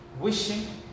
wishing